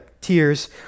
Tears